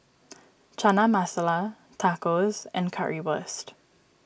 Chana Masala Tacos and Currywurst